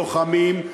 לוחמים,